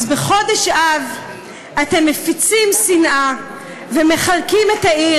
אז בחודש אב אתם מפיצים שנאה ומחלקים את העיר.